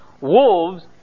wolves